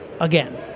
again